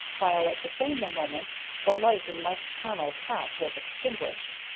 while at the same moment the light in mike connell's hat was extinguished.